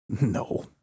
No